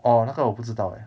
orh 那个我不知道 leh